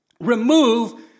remove